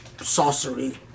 sorcery